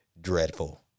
dreadful